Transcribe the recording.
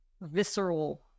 visceral